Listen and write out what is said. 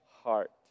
heart